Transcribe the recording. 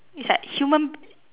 is like human